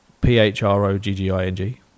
P-H-R-O-G-G-I-N-G